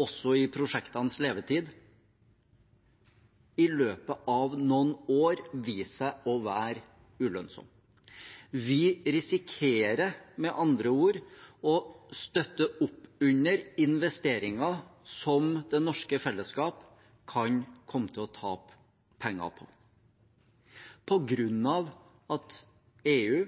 også i prosjektenes levetid, i løpet av noen år vise seg å være ulønnsomme. Vi risikerer med andre ord å støtte opp under investeringer som det norske fellesskap kan komme til å tape penger på, på grunn av at EU